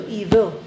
evil